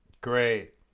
Great